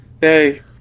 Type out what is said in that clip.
Hey